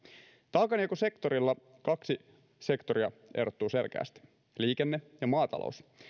taakanjakosektorilla kaksi sektoria erottuu selkeästi liikenne ja maatalous